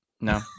no